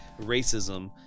racism